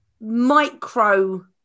micro